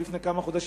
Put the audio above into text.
לפני כמה חודשים,